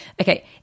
okay